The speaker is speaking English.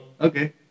Okay